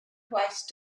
twice